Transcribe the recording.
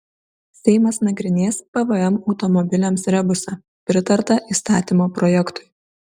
seimas nagrinės pvm automobiliams rebusą pritarta įstatymo projektui